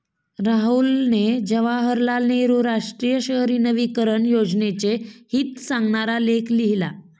राहुलने जवाहरलाल नेहरू राष्ट्रीय शहरी नवीकरण योजनेचे हित सांगणारा लेख लिहिला